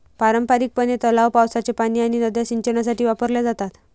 पारंपारिकपणे, तलाव, पावसाचे पाणी आणि नद्या सिंचनासाठी वापरल्या जातात